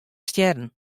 stjerren